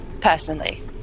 Personally